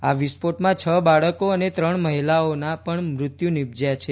આ વિસ્ફોટમાં છ બાળકો અને ત્રણ મહિલાઓના પજ્ઞ મૃત્યુ નીપજ્યા છે